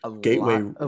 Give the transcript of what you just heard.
gateway